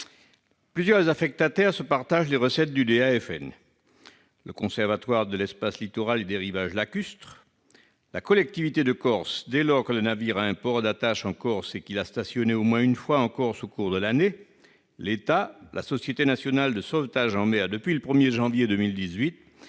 Plusieurs affectataires se partagent les recettes du DAFN : le Conservatoire de l'espace littoral et des rivages lacustres, la collectivité de Corse dès lors que le navire a un port d'attache en Corse et qu'il a stationné au moins une fois en Corse au cours de l'année, l'État, la Société nationale de sauvetage en mer depuis le 1 janvier 2018